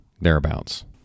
thereabouts